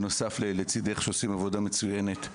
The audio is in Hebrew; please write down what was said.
בנוסף ל"לצידך" שעושים עבודה מצוינת,